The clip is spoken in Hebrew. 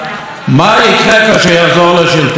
בסעיף א' מר לפיד אומר,